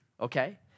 okay